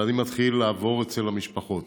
ואני מתחיל לעבור אצל המשפחות,